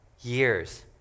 years